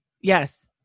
Yes